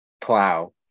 plow